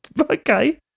Okay